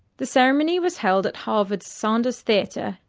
the ceremony was held at harvard's sanders theatre,